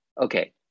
okay